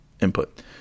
input